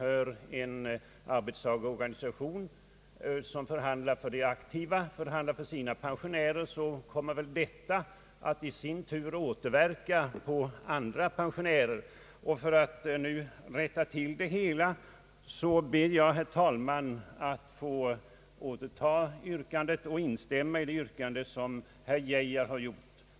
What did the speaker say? Får en arbetstagarorganisation, som förhandlar för sina aktiva, förhandla också för sina pensionärer, kommer väl detta att Om förhandlingsrätt för pensionärer i sin tur inverka så att man för andra pensionärer gör på samma sätt. För att nu rätta till det hela ber jag, herr talman, att få återta mitt yrkande och instämma i det yrkande som herr Geijer har gjort.